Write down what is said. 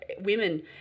women